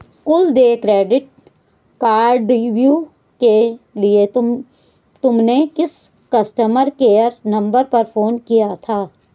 कुल देय क्रेडिट कार्डव्यू के लिए तुमने किस कस्टमर केयर नंबर पर फोन किया था?